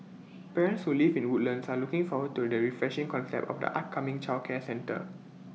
parents who live in Woodlands are looking forward to the refreshing concept of the upcoming childcare centre